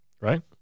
Right